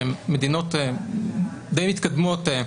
שהן מדינות די מתקדמות,